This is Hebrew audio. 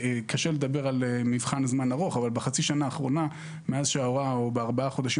קשה עכשיו לדבר על מבחן זמן ארוך אבל בארבעת החודשים